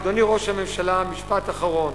אדוני ראש הממשלה, משפט אחרון.